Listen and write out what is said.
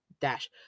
dash